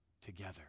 together